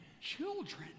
children